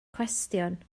cwestiwn